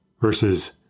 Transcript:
versus